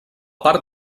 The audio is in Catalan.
part